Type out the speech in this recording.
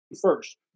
first